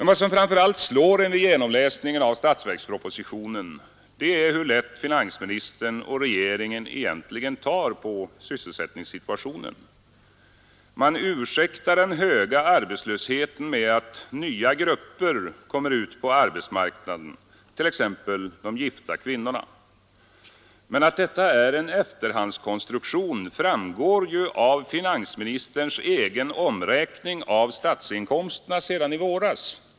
Vad som framför allt slår en vid genomläsningen av statsverks propositionen är hur lätt finansministern och regeringen egentligen tar på sysselsättningssituationen. Man ursäktar den höga arbetslösheten med att nya grupper kommer ut på arbetsmarknaden, t.ex. de gifta kvinnorna. Men att detta är en efterhandskonstruktion framgår ju av finansministerns egen omräkning av statsinkomsterna sedan i våras.